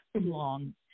long